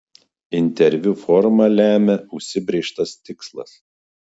interviu formą lemia užsibrėžtas tikslas